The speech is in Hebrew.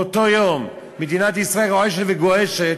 באותו יום מדינת ישראל רועשת וגועשת,